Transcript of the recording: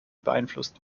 beeinflusst